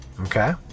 Okay